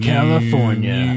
California